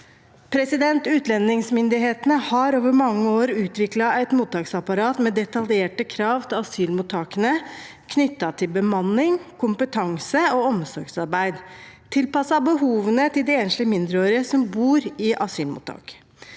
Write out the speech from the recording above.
behov. Utlendingsmyndighetene har over mange år utviklet et mottaksapparat med detaljerte krav til asylmottakene knyttet til bemanning, kompetanse og omsorgsarbeid, tilpasset behovene til de enslige mindreårige som bor i asylmottak.